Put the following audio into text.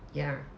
ya